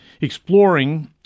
exploring